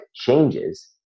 changes